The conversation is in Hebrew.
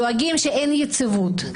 דואגים לכך שאין יציבות.